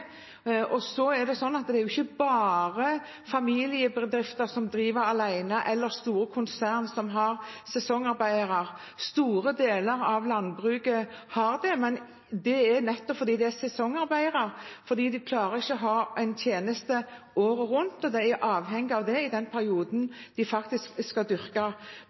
Det er heller ikke bare familiebedrifter som driver alene, eller store konserner som har sesongarbeidere. Store deler av landbruket har det, men det er nettopp fordi det er sesongarbeidere. De klarer ikke å ha en tjeneste året rundt, og de er avhengige av det i den perioden de skal dyrke: